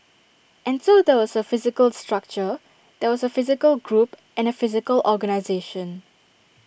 and so there was A physical structure there was A physical group and A physical organisation